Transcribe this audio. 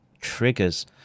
triggers